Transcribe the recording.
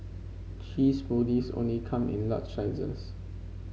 cheese smoothies only come in large sizes